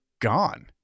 gone